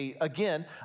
again